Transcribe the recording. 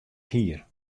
hier